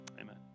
Amen